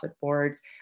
boards